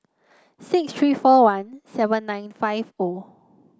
six three four one seven nine five O